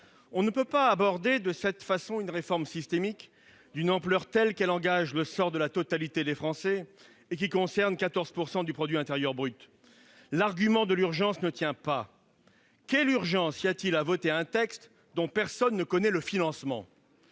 On ne peut aborder de cette façon une réforme systémique, d'une ampleur telle qu'elle engage le sort de la totalité des Français et concerne 14 % du PIB ! L'argument de l'urgence ne tient pas. Quelle urgence y a-t-il à voter un texte dont personne ne connaît le financement ?